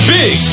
big